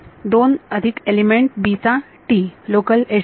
2 अधिक element b चा local edge number